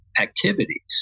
activities